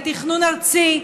על תכנון ארצי.